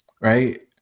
right